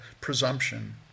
presumption